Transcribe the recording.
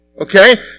Okay